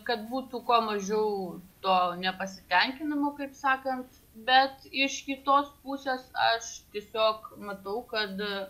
kad būtų kuo mažiau to nepasitenkinimo kaip sakant bet iš kitos pusės aš tiesiog matau kad